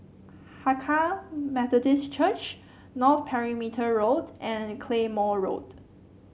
Hakka Methodist Church North Perimeter Road and Claymore Road